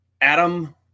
Adam